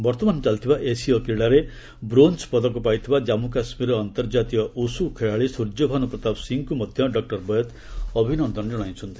ବର୍ତ୍ତମାନ ଚାଲିଥିବା ଏସୀୟ କ୍ରୀଡ଼ାରେ ବ୍ରୋଞ୍ଜ ପଦକ ପାଇଥିବା ଜାମ୍ପୁ କାଶ୍ମୀରର ଅନ୍ତର୍ଜାତୀୟ ଉସୁ ଖେଳାଳୀ ସୂର୍ଯ୍ୟଭାନୁ ପ୍ରତାପ ସିଂଙ୍କୁ ମଧ୍ୟ ଡକୁର ବୈଦ୍ ଅଭିନନ୍ଦନ ଜଣାଇଛନ୍ତି